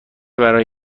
برای